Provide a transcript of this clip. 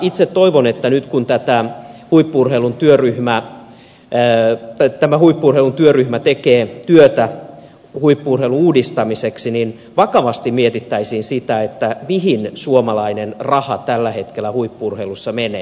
itse toivon että nyt kun tämä huippu urheilun työryhmä tekee työtä huippu urheilun uudistamiseksi niin vakavasti mietittäisiin sitä mihin suomalainen raha tällä hetkellä huippu urheilussa menee